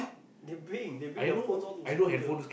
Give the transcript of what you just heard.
they bring they bring their phones all to school sia